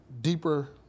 deeper